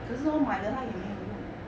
可是我买了她也没有用